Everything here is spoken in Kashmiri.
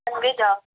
یِم گٔے دَہ